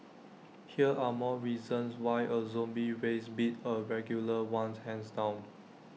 here are more reasons why A zombie race beat A regular ones hands down